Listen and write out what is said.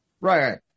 right